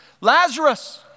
Lazarus